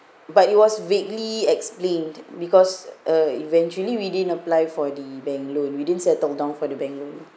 but it was vaguely explained because uh eventually we didn't apply for the bank loan we didn't settle down for the bank loan